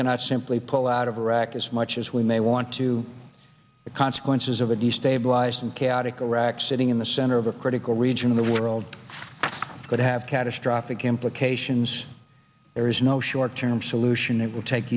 cannot simply pull out of iraq as much as we may want to the consequences of a destabilized and chaotic iraq sitting in the center of a critical region of the world could have catastrophic implications there is no short term solution it will take